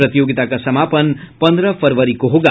प्रतियोगिता का समापन पन्द्रह फरवरी को होगा